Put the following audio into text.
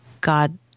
God